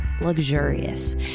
luxurious